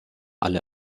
alle